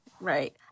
Right